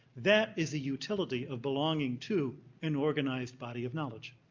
that is the utility of belonging to an organized body of knowledge.